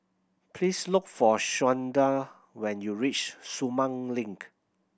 please look for Shawnda when you reach Sumang Link